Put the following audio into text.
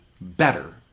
better